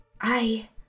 I